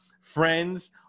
friends